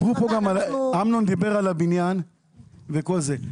אמנון דיבר על הבניין וכל זה.